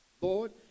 Lord